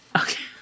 Okay